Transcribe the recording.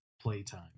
playtime